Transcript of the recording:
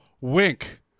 wink